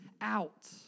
out